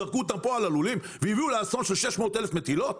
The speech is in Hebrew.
זרקו אותם פה על הלולים והביאו לאסון של 600 אלף מטילות?